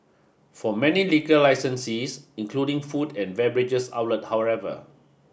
for many liquor licensees including food and beverage outlets however